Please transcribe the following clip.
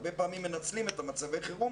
הרבה פעמים מנצלים את מצבי החירום